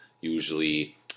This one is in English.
usually